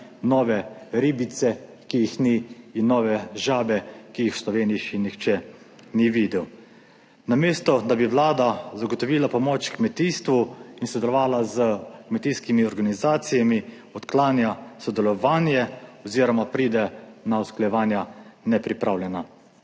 nove ribice, ki jih ni, in nove žabe, ki jih v Sloveniji še nihče ni videl. Namesto, da bi Vlada zagotovila pomoč kmetijstvu in sodelovala s kmetijskimi organizacijami, odklanja sodelovanje oziroma pride na usklajevanja nepripravljena.